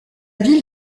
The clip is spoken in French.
ville